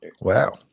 Wow